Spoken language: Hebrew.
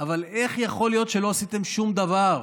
אבל איך יכול להיות שלא עשיתם שום דבר?